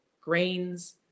grains